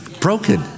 Broken